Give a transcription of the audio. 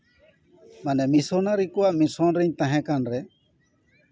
missionary ᱠᱚᱣᱟᱜ mission ᱨᱮᱧ ᱛᱟᱦᱮᱸ ᱠᱟᱱ ᱨᱮ